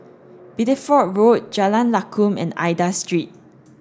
Bideford Road Jalan Lakum and Aida Street